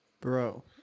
Bro